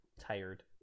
tired